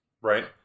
right